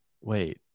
Wait